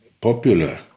popular